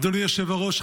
אדוני היושב-ראש,